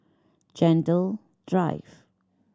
Gentle Drive